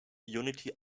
unity